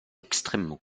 extrêmement